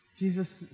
Jesus